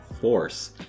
force